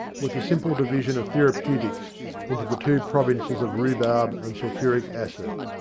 with the simple division of thera peutics into the two provinces of rhubarb and sulphuric acid.